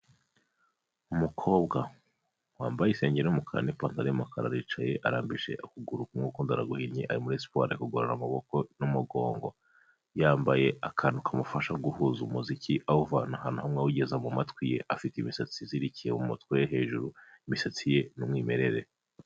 Umukobwa wambaye isengeri y'umukara n'ipantaro y'umukara, aricaye arambije ukuguru kumwe ukundi araguhinnye ari muri siporo ari kugorora amaboko n'umugongo; yambaye akantu kamufasha guhuza umuziki awuvana ahantu hamwe awugeza mu matwi ye, afite imisatsi izirikiye mu mutwe hejuru, imisatsi ye ni umwimerere.